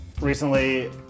recently